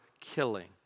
killing